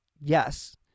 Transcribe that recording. yes